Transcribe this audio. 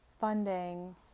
funding